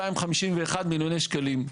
251,000,000 שקלים.